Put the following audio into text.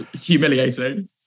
humiliating